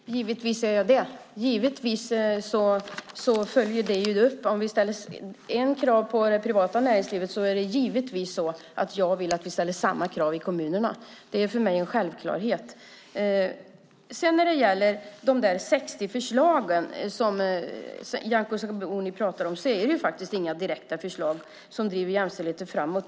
Fru talman! Givetvis är jag det. Givetvis följer vi upp det. Om vi ställer ett krav på det privata näringslivet vill jag givetvis att vi ställer samma krav i kommunerna. Det är för mig en självklarhet. När det gäller de 60 förslag som Nyamko Sabuni pratar om är det inga direkta förslag som driver jämställdheten framåt.